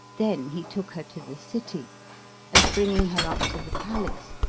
then he took her to the city and, bringing her up to the palace,